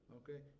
okay